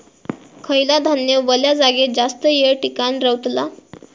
खयला धान्य वल्या जागेत जास्त येळ टिकान रवतला?